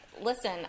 listen